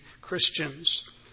Christians